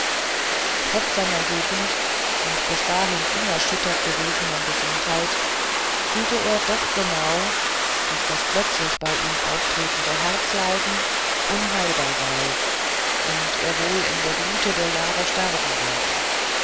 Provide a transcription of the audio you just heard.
trotz seiner jugend und bis dahin unerschüttert gewesenen gesundheit fühlte er doch genau daß das plötzlich bei ihm auftretende herzleiden unheilbar sei und er wohl in der blüte der jahre sterben werde